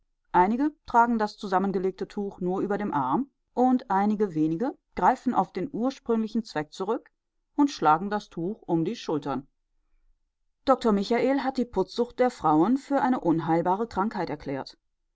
einige tragen das zusammengelegte tuch nur über dem arm und einige wenige greifen auf den ursprünglichen zweck zurück die schlagen das tuch um die schultern dr michael hat die putzsucht der frauen für eine unheilbare krankheit erklärt